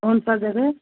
कौन सा जगह